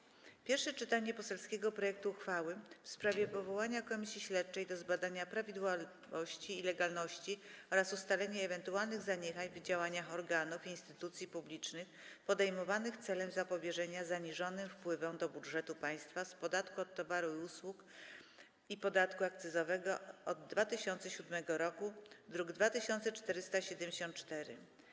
41. Pierwsze czytanie poselskiego projektu uchwały w sprawie powołania Komisji Śledczej do zbadania prawidłowości i legalności oraz ustalenia ewentualnych zaniedbań w działaniach organów i instytucji publicznych podejmowanych celem zapobieżenia zaniżonym wpływom do budżetu państwa z podatku od towarów i usług i podatku akcyzowego od 2007 r. (druk nr 2474)